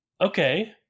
Okay